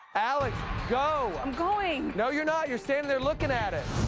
alex go. i'm going. no you're not. you're standing there looking at it.